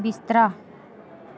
बिस्तरा